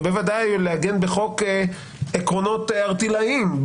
ובוודאי לעגן בחוק עקרונות ערטילאיים,